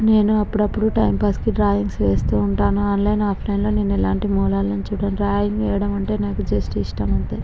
నేను అప్పుడప్పుడు టైంపాస్కి డ్రాయింగ్స్ వేస్తూ ఉంటాను ఆన్లైన్ అఫ్లైన్లో నేను ఎలాంటి మూలాలను చూడను డ్రాయింగ్ వెయ్యడమంటే నాకు జస్ట్ ఇష్టం అంతే